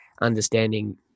understanding